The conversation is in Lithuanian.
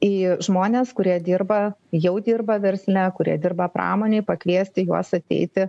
į žmones kurie dirba jau dirba versle kurie dirba pramonėj pakviesti juos ateiti